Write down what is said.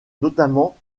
notamment